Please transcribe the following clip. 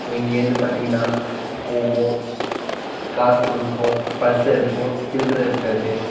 இப்போ இங்கிருந்து பார்த்தீங்கன்னா போவோம் காசுக் கொடுப்போம் பர்ஸை எடுப்போம் சில்லறை இருக்காது